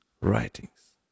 writings